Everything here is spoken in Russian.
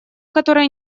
которая